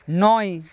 নয়